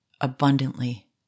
abundantly